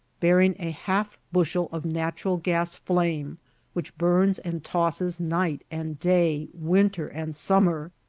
bearing a half bushel of natural-gas flame which burns and tosses night and day, winter and summer,